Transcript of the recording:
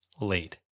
late